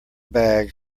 bag